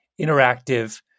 interactive